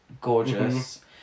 gorgeous